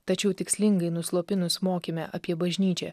tačiau tikslingai nuslopinus mokyme apie bažnyčią